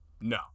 No